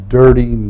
dirty